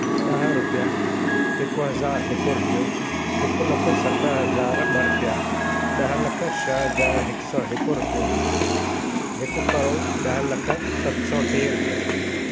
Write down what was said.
ॿ रुपिया हिकु हज़ार हिकु रुपियो हिकु लखु सत हज़ार ॿ रुपिया ॾह लख छह हज़ार हिकु सौ हिकु रुपियो हिकु करोड़ ॾह लख सत सौ टे रुपिया